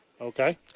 okay